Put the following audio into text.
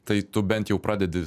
tai tu bent jau pradedi